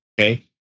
okay